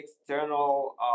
external